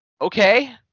okay